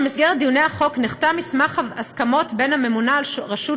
במסגרת דיוני החוק נחתם מסמך הסכמות בין הממונה על רשות